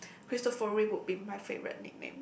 cristofori would be my favorite nickname